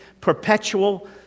perpetual